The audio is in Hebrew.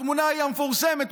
התמונה ההיא המפורסמת,